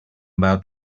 about